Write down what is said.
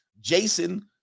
Jason